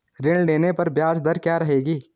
ऋण लेने पर ब्याज दर क्या रहेगी?